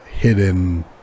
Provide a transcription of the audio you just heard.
hidden